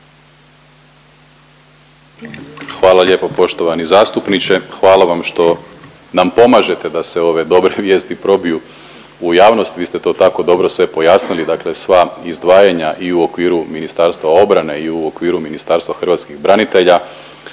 Hvala lijepo poštovani zastupniče. Hvala vam što nam pomažete da se ove dobre vijest probiju u javnost. Vi ste to tako dobro sve pojasnili, dakle sva izdvajanja i u okviru Ministarstva obrane i u okviru Ministarstva hrvatskih branitelja